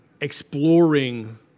exploring